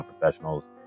professionals